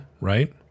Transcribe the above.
right